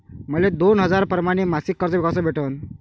मले दोन हजार परमाने मासिक कर्ज कस भेटन?